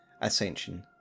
ascension